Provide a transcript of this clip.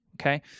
okay